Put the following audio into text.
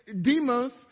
demons